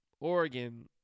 Oregon